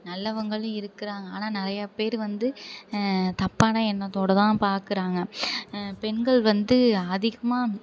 நல்லவர்களும் இருக்கிறாங்க ஆனால் நிறையா பேர் வந்து தப்பான எண்ணத்தோடு தான் பார்க்குறாங்க பெண்கள் வந்து அதிகமாக